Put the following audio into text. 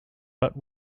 but